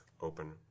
open